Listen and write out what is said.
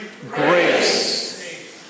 Grace